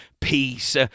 peace